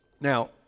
Now